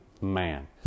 man